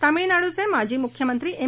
तमिळनाडूचे माजी मुख्यमंत्री एम